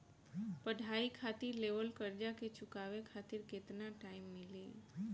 पढ़ाई खातिर लेवल कर्जा के चुकावे खातिर केतना टाइम मिली?